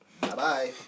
Bye-bye